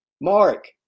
Mark